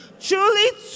Truly